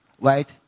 right